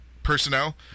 personnel